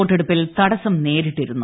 വോട്ടെടുപ്പിൽ തടസം നേരിട്ടിരുന്നു